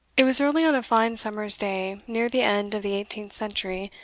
it was early on a fine summer's day, near the end of the eighteenth century,